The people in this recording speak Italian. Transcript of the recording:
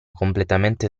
completamente